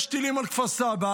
יש טילים על כפר סבא,